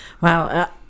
wow